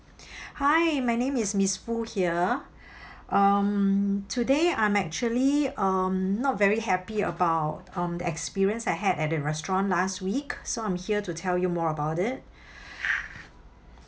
hi my name is ms foo here um today I'm actually um not very happy about um the experience I had at the restaurant last week so I'm here to tell you more about it